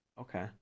okay